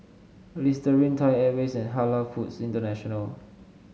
Listerine Thai Airways and Halal Foods International